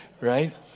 right